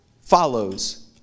follows